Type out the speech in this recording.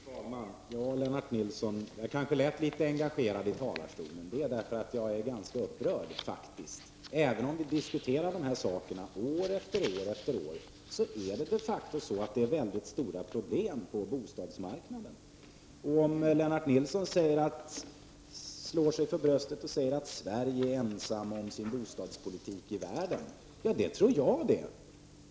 Fru talman! Ja, Lennart Nilsson, jag kanske lät litet engagerad i talarstolen. Det beror på att jag faktiskt är ganska upprörd. Även om vi diskuterar dessa frågor år efter år råder det ändå de facto stora problem på bostadsmarknaden. Lennart Nilsson slår sig för bröstet och säger att Sverige är ensamt i världen om sin bostadspolitik. Ja, det tror jag det.